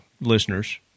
listeners